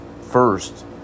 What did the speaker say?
first